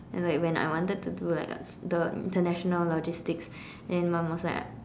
and like when I wanted to do like the international logistics then mum was like